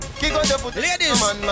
Ladies